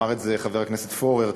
אמר את זה חבר הכנסת פורר,